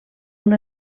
una